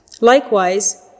Likewise